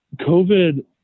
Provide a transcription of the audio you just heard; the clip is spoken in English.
covid